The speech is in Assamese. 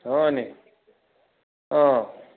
হয় নেকি অঁ